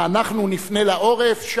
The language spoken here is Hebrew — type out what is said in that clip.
ואנחנו נפנה לה עורף?